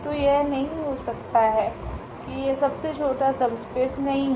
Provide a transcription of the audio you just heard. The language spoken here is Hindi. तो यह नहीं हो सकता है कि यह सबसे छोटा सबस्पेस नहीं है